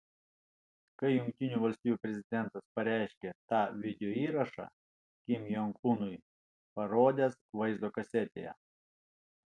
kai jungtinių valstijų prezidentas pareiškė tą videoįrašą kim jong unui parodęs vaizdo kasetėje